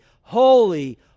holy